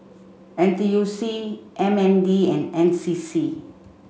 N T U C M N D and N C C